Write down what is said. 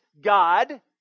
God